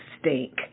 stink